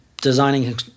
designing